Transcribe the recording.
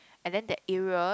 and then that area